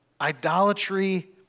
Idolatry